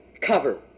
cover